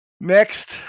next